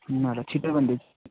ल ल छिटो भन्दा